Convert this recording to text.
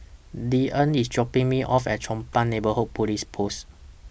Deeann IS dropping Me off At Chong Pang Neighbourhood Police Post